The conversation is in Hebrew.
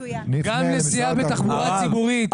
גם נסיעה בתחבורה ציבורית,